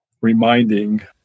reminding